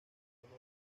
viejo